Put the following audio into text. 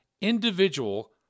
individual